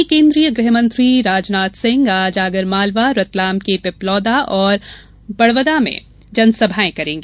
वहीं केन्द्रीय गृहमंत्री राजनाथ सिंह आज आगरमालवा रतलाम के पिपलौदा और बड़ावदा में जनसभा कर रहे हैं